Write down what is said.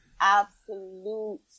absolute